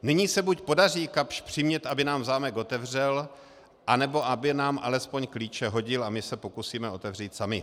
Nyní se buď podaří Kapsch přimět, aby nám zámek otevřel, anebo aby nám alespoň klíče hodil a my se pokusíme otevřít sami.